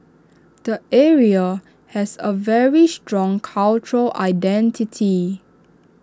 the area has A very strong cultural identity